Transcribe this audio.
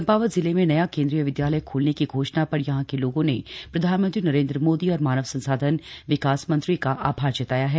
चंपावत जिले में नया केंद्रीय विदयालय खोलने की घोषणा पर यहां के लोगों ने प्रधानमंत्री नरेंद्र मोदी और मानव संसाधन विकास मंत्री का आभार जताया है